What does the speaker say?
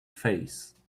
face